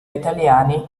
italiani